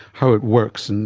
how it works.